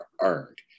earned